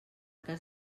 cas